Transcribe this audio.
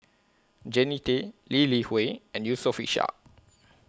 Jannie Tay Lee Li Hui and Yusof Ishak